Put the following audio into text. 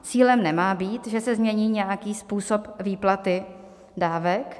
Cílem nemá být, že se změní nějaký způsob výplaty dávek.